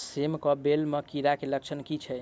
सेम कऽ बेल म कीड़ा केँ लक्षण की छै?